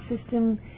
system